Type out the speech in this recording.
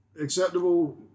acceptable